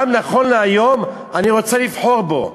גם נכון להיום אני רוצה לבחור בו.